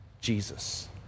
Jesus